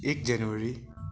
एक जनवरी